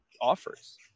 offers